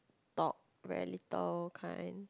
talk very little kind